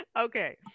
Okay